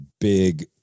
big